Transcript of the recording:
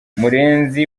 murenzi